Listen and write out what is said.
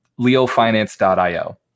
LeoFinance.io